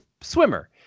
swimmer